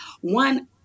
One